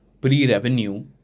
pre-revenue